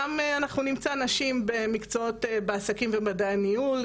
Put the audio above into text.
גם אנחנו נמצא נשים במקצועות בעסקים ומדעי הניהול,